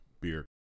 beer